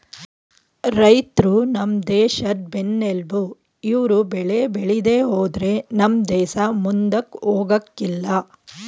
ರೈತ್ರು ನಮ್ ದೇಶದ್ ಬೆನ್ನೆಲ್ಬು ಇವ್ರು ಬೆಳೆ ಬೇಳಿದೆ ಹೋದ್ರೆ ನಮ್ ದೇಸ ಮುಂದಕ್ ಹೋಗಕಿಲ್ಲ